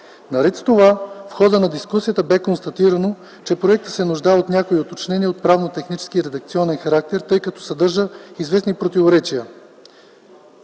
Наред с това, в хода на дискусията бе констатирано, че проектът се нуждае от някои уточнения от правно-технически и редакционен характер, тъй като съдържа известни противоречия.